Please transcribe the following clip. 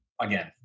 again